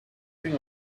think